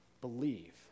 believe